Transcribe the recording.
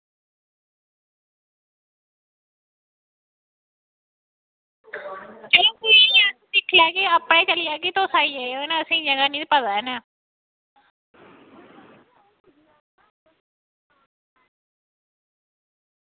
नेईं अस दिक्खी लैग् आपें जागत करी लैगे कोल तुस आई जायो असेंगी हून पता निं लग्गेआ ना